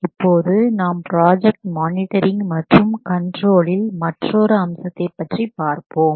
இப்போது நாம் project monitoring மற்றும் கண்ட்ரோலில் மற்றொரு அம்சத்தைப் பற்றி பார்ப்போம்